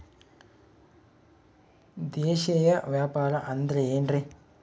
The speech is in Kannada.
ದೇಶೇಯ ವ್ಯಾಪಾರ ಅಂದ್ರೆ ಏನ್ರಿ?